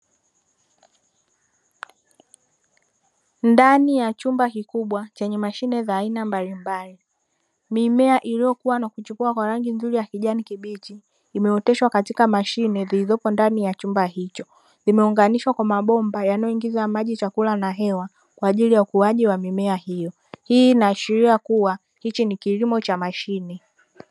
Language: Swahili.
Ndani ya chumba kikubwa chenye mashine za aina mbalimbali, mimea iliyokua na kuchipua kwa rangi nzuri ya kijani kibichi, imeoteshwa katika mashine zilizopo ndani ya chumba hicho, imeunganishwa na mabomba yanayoingiza, maji chakula na hewa kwa ajili ya ukuaji wa mimea hiyo. Hii inaashiria kuwa hiki ni kilimo cha mashine.